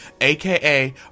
aka